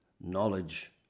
knowledge